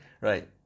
right